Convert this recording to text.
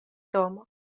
тому